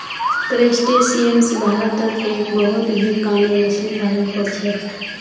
crustaceans भारतत एक बहुत ही कामेर मच्छ्ली पालन कर छे